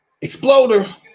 Exploder